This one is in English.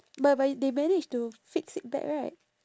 but but y~ they managed to fix it back right